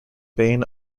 bain